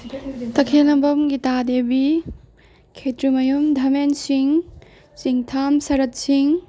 ꯇꯈꯦꯂꯝꯕꯝ ꯒꯤꯇꯥ ꯗꯦꯕꯤ ꯈꯦꯇ꯭ꯔꯤꯃꯌꯨꯝ ꯙꯃꯦꯟ ꯁꯤꯡ ꯆꯤꯡꯊꯥꯝ ꯁꯔꯠ ꯁꯤꯡ